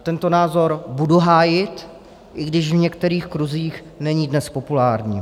Tento názor budu hájit, i když v některých kruzích není dnes populární.